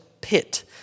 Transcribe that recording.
pit